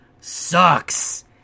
sucks